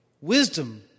Wisdom